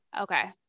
Okay